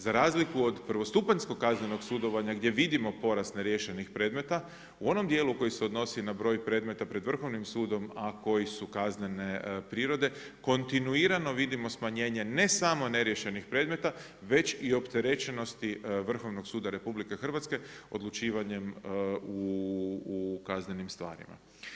Za razliku od prvostupanjskog kaznenog sudovanja gdje vidimo porast neriješenih predmeta u onom dijelu koji se odnosi na broj predmeta pred Vrhovnim sudom, a koji su kaznene prirode kontinuirano vidimo smanjenje ne samo neriješenih predmeta već i opterećenosti Vrhovnog suda RH odlučivanjem u kaznenim stvarima.